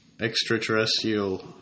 extraterrestrial